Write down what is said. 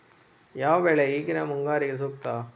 ಯಾವ ಬೆಳೆ ಈಗಿನ ಮುಂಗಾರಿಗೆ ಸೂಕ್ತ?